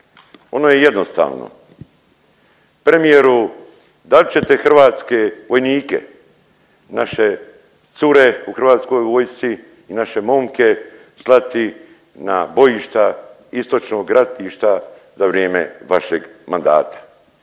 Ono je jednostavno, premijeru dal ćete hrvatske vojnike, naše cure u HV-u i naše momke slati na bojišta istočnog ratišta za vrijeme vašeg mandata.